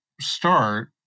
start